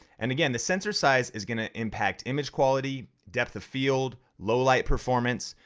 and again the sensor size is gonna impact image quality, depth of field, low-light performance,